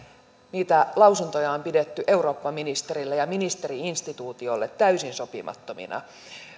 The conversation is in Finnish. niitä lausuntoja on on pidetty eurooppaministerille ja ministeri instituutiolle täysin sopimattomina